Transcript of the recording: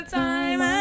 time